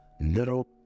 little